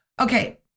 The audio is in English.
Okay